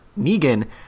Negan